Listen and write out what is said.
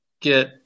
get –